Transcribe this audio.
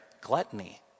gluttony